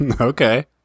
Okay